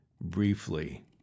briefly